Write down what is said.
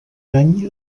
any